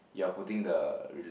you're putting the